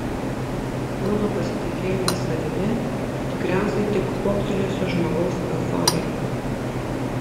mano pasitikėjimas savimi tikriausiai tik kuoktelėjusio žmogaus euforija